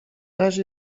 razie